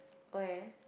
where